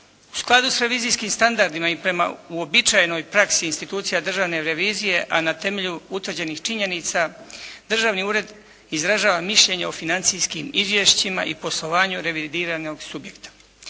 U skladu s revizijskim standardima i prema uobičajenoj praksi institucija državne revizije a na temelju utvrđenih činjenica Državni ured izražava mišljenje o financijskim izvješćima i poslovanju revidiranog subjekta.